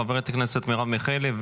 חברת הכנסת מרב מיכאלי,